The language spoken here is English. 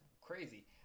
crazy